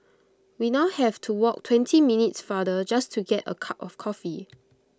we now have to walk twenty minutes farther just to get A cup of coffee